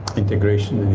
integration,